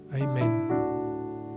Amen